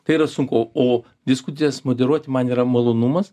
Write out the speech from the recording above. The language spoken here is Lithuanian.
tai yra sunku o diskusijas moderuot man yra malonumas